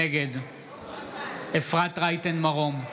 נגד אפרת רייטן מרום,